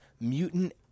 Mutant